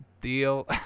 deal